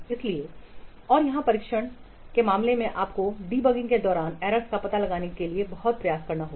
इसलिए और यहां परीक्षण के मामले में आपको डीबगिंग के दौरानएरर्स का पता लगाने के लिए बहुत प्रयास करना होगा